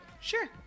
Sure